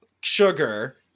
sugar